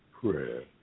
prayer